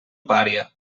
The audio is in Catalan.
pària